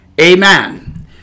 Amen